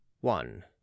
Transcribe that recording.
one